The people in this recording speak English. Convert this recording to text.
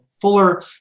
fuller